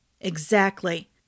Exactly